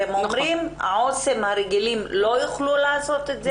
אתם אומרים שהעו"סים הרגילים לא יוכלו לעשות את זה?